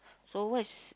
so what's